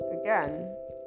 again